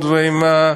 ועם,